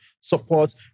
support